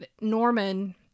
Norman